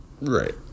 Right